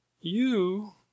You